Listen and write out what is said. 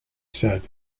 said